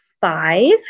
five